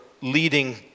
leading